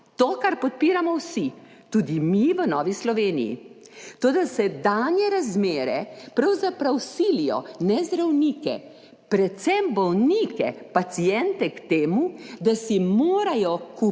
To, kar podpiramo vsi, tudi mi v Novi Sloveniji. Toda sedanje razmere pravzaprav silijo ne zdravnike, predvsem bolnike, paciente, k temu, da si morajo kupovati